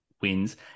Wins